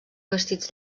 vestits